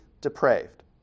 depraved